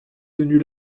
tenue